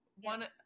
one